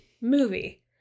movie